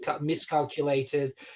miscalculated